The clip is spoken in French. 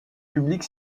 publique